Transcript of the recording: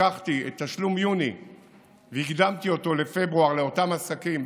לקחתי את תשלום יוני והקדמתי אותו לפברואר עבור אותם עסקים,